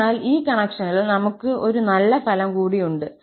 അതിനാൽ ഈ കണക്ഷനിൽ നമുക്ക് ഒരു നല്ല ഫലം കൂടി ഉണ്ട്